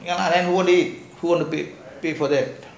I have whole day